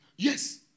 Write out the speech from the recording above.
Yes